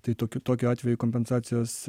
tai tokiu tokiu atveju kompensacijos